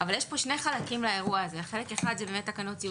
יש פה שני חלקים לאירוע הזה: חלק אחד זה באמת תקנות